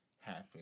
happen